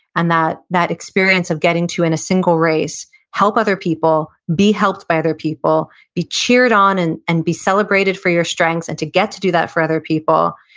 and that that experience of getting to, in a single race, help other people, be helped by other people, be cheered on and and be celebrated for your strengths, and to get to do that for other people.